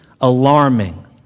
alarming